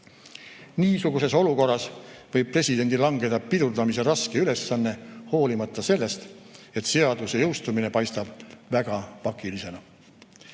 Niisuguses olukorras võib presidendile langeda pidurdamise raske ülesanne, hoolimata sellest, et seaduse jõustumine paistab väga pakilisena.